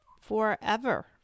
forever